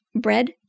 bread